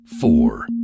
four